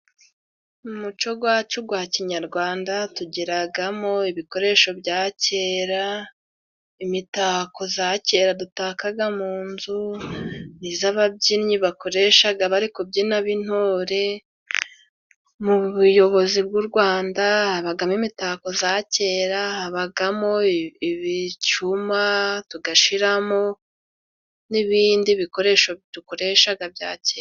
Umuco wacu wa kinyarwanda tugiramo ibikoresho bya kera: imitako ya kera dutaka mu nzu, iz'ababyinnyi bakoresha bari kubyina b'intore, mu buyobozi bw'u Rwanda habamo imitako ya kera habamo, ibicuma , tugashyiramo n'ibindi bikoresho dukoresha bya kera.